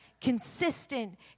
consistent